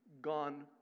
gone